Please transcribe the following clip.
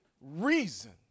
reason